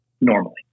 normally